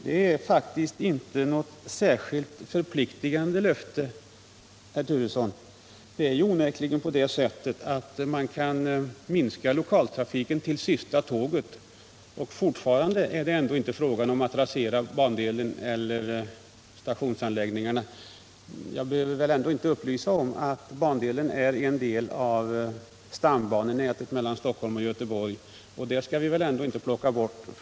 Det är faktiskt inte något särskilt förpliktande löfte, herr Turesson. Det är onekligen på det sättet att man kan minska lokaltrafiken till sista tåget, och fortfarande är det inte fråga om att rasera bandelen eller stationsanläggningarna. Jag behöver väl inte upplysa om att sträckan är en del av stambanan mellan Stockholm och Göteborg, och den kan man väl ändå inte plocka bort.